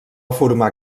formar